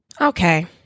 Okay